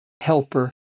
helper